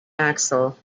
axle